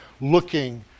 looking